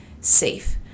safe